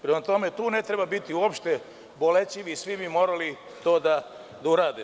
Prema tome, tu ne treba biti uopšte bolećiv i svi bi to morali da urade.